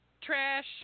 Trash